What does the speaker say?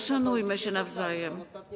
Szanujmy się nawzajem.